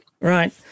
Right